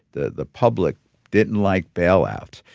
the the public didn't like bailout.